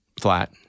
flat